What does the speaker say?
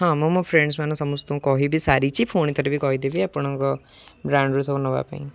ହଁ ମୁଁ ମୋ ଫ୍ରେଣ୍ଡସ ମାନଙ୍କୁ ସମସ୍ତଙ୍କୁ କହିବି ସାରିଚି ପୁଣିି ଥରେ ବି କହିଦେବି ଆପଣଙ୍କ ବ୍ରାଣ୍ଡରୁ ସବୁ ନେବା ପାଇଁ